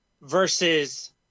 Versus